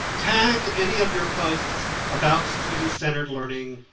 tag any of your posts about student-centered learning,